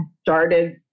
started